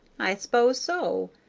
i s'pose so,